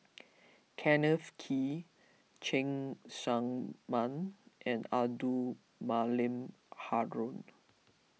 Kenneth Kee Cheng Tsang Man and Abdul Malim Haron